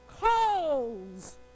Calls